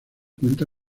cuenta